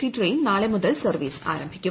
C train നാളെ മുതൽ service ആരംഭിക്കും